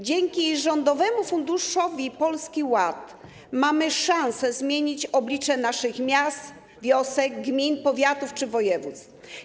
Dzięki rządowemu funduszowi Polski Ład mamy szansę zmienić oblicze naszych miast, wiosek, gmin, powiatów czy województw.